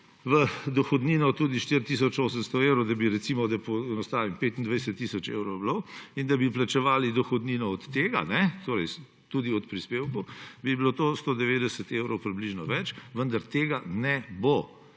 v dohodnino tudi 4 tisoč 800 evrov, da poenostavim, da bi 25 tisoč evrov bilo in da bi plačevali dohodnino od tega, torej tudi od prispevkov, bi bilo to 190 evrov približno več, vendar tega ne bo.